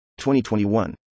2021